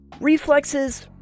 reflexes